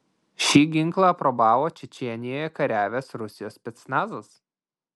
šį ginklą aprobavo čečėnijoje kariavęs rusijos specnazas